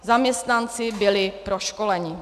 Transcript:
Zaměstnanci byli proškoleni.